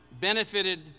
benefited